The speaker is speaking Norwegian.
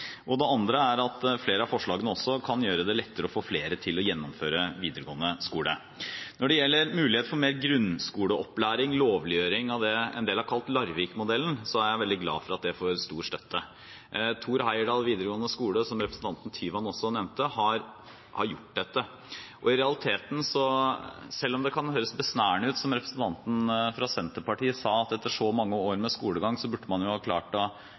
enkelte. Det andre er at flere av forslagene også kan gjøre det lettere å få flere til å gjennomføre videregående skole. Når det gjelder mulighet for mer grunnskoleopplæring, lovliggjøring av det en del har kalt Larvik-modellen, er jeg veldig glad for at det får stor støtte. Thor Heyerdahl videregående skole, som representanten Tyvand også nevnte, har gjort dette. I realiteten, selv om det kan høres besnærende ut – som representanten fra Senterpartiet sa, at etter så mange år med skolegang burde man ha klart